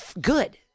good